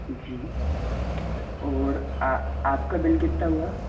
जी और आ आपका बिल कितना हुआ